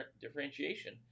differentiation